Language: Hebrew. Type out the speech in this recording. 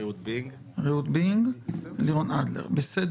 היום, בשל